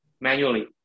Manually